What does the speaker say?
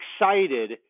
excited